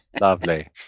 Lovely